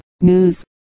News